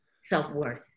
self-worth